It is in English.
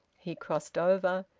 he crossed over,